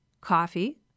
coffee